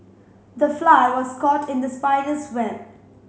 the fly was caught in the spider's web